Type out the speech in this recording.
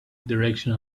direction